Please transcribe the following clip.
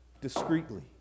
discreetly